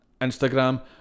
Instagram